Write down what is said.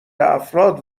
افراد